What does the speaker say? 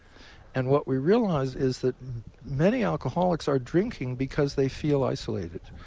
and what we realized is that many alcoholics are drinking because they feel isolated.